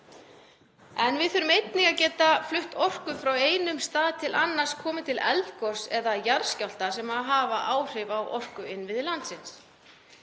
Einnig þurfum við að geta flutt orku frá einum stað til annars komi til eldgoss eða jarðskjálfta sem hafa áhrif á orkuinnviði landsins.